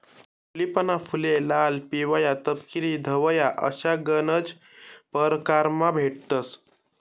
टूलिपना फुले लाल, पिवया, तपकिरी, धवया अशा गनज परकारमा भेटतंस